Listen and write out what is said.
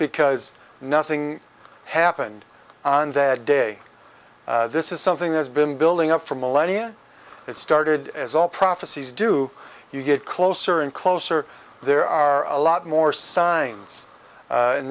because nothing happened on that day this is something that's been building up for millennia it started as all prophecies do you get closer and closer there are a lot more signs